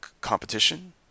competition